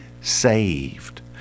saved